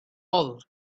all